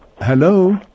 Hello